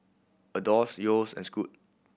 Adore Yeo's and Scoot